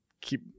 keep